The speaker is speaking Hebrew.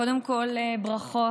קודם כול ברכות.